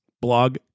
Blog